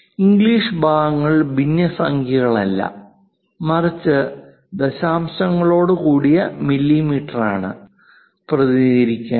English ഭാഗങ്ങൾ ഭിന്നസംഖ്യകളല്ല മറിച്ചു ദശാംശങ്ങളോടുകൂടിയ മില്ലിമീറ്ററിലാണ് പ്രതിനിധീകരിക്കേണ്ടത്